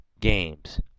games